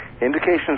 Indications